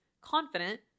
confident